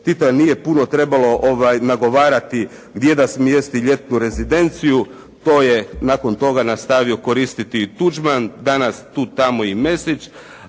Tita nije puno trebalo nagovarati gdje da smjesti ljetnu rezidenciju. To je nakon toga nastavio koristiti i Tuđman, danas tu tamo i Mesić,